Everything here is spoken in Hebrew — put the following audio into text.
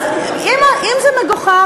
אז אם זה מגוחך,